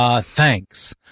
thanks